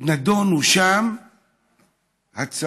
ונדונו שם הצעות